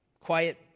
quiet